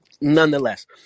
nonetheless